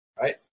right